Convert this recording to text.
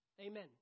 Amen